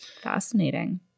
Fascinating